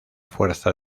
fuerza